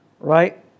right